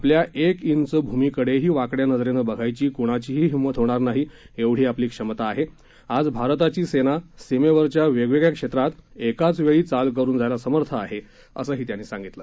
आपल्या एक चे भूमीकडेही वाकड्या नजरेनं बघायची कुणाचीही हिंमत होणार नाही एवढी आपली क्षमता आहेआज भारताची सेना सीमेवरच्या वेगवेगळ्या क्षेत्रात एकाच वेळी चाल करुन जायला समर्थ आहे असं त्यांनी सांगितलं